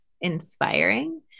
inspiring